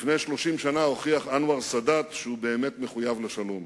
לפני 30 שנה הוכיח אנואר סאדאת שהוא באמת מחויב לשלום.